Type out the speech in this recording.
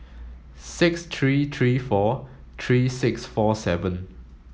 six three three four three six four seven